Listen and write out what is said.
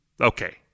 Okay